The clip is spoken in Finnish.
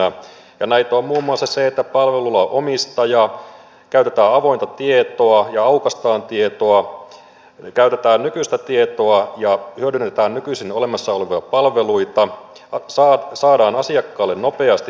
näitä on muun muassa se että palvelulla on omistaja käytetään avointa tietoa ja aukaistaan tietoa käytetään nykyistä tietoa ja hyödynnetään nykyisin jo olemassa olevia palveluita saadaan asiakkaalle nopeasti hyötyä